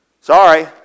Sorry